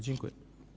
Dziękuję.